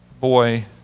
boy